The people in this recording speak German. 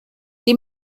die